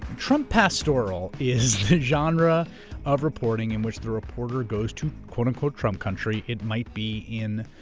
trump pastoral is this genre of reporting in which the reporter goes to quote-unquote trump country. it might be in